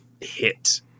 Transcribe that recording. hit